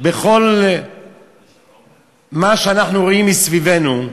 בכל מה שאנחנו רואים מסביבנו.